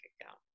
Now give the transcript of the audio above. account